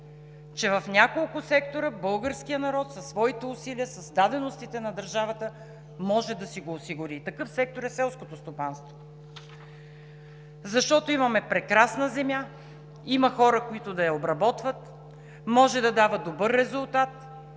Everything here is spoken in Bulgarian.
че в няколко сектора българският народ със своите усилия, с даденостите на държавата може да си го осигури. Такъв сектор е селското стопанство, защото имаме прекрасна земя, има хора, които да я обработват, може да дава добър резултат.